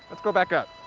let's go back up.